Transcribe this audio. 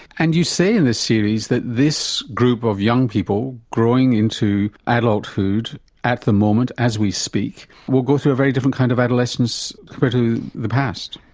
and you say in this series that this group of young people growing into adulthood at the moment as we speak will go through a very different kind of adolescence compared to the past.